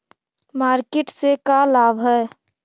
Market से का लाभ है?